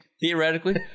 Theoretically